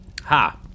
Ha